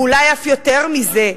אולי אף יותר מזה,